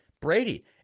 Brady